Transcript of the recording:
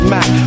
Mac